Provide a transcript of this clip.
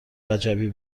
وجبی